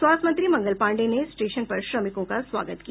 स्वास्थ्य मंत्री मंगल पांडेय ने स्टेशन पर श्रमिकों का स्वागत किया